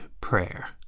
prayer